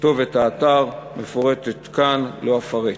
כתובת האתר מפורטת כאן, לא אפרט.